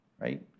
right